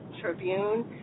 Tribune